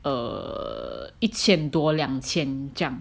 err 一千多两千这样